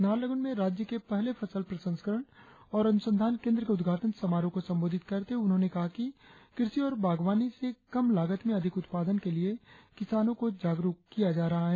नाहरलगुन में राज्य के पहले फसल प्रशंस्करण और अनुसंधान केंद्र के उदघाटन समारोह को संबोधित करते हुए उन्होंने कहा कृषि और बागवानी से कम लागत में अधिक उत्पादन के लिए किसानों को जागरुक किया जा रहा है